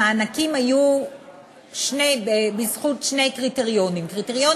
המענקים היו בזכות שני קריטריונים: קריטריון